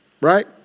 Right